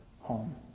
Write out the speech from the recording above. home